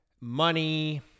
money